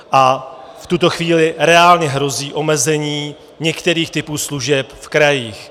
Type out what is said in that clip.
A v tuto chvíli reálně hrozí omezení některých typů služeb v krajích.